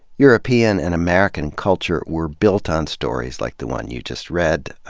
european and american culture were bui lt on stories like the one you just read,